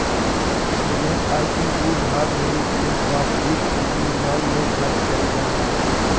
निवेश आय के उ भाग हइ जे वास्तविक पूंजी निर्माण ले खर्च कइल जा हइ